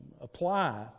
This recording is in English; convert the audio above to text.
apply